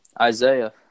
Isaiah